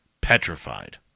Petrified